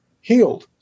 healed